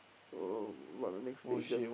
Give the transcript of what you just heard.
uh but the next stages